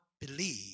believe